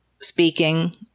speaking